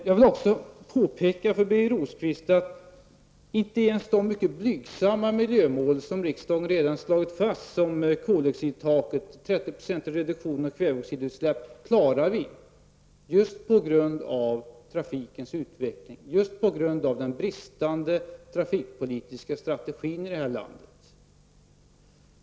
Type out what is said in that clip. Jag vill också påpeka för Birger Rosqvist att inte ens de mycket blygsamma miljömål som riksdagen redan slagit fast, såsom koldioxidtaket och 30 procentig reduktion av kväveoxidutsläpp, klarar vi på grund av trafikens utveckling, på grund av den bristande trafikpolitiska strategin här i landet.